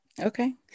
Okay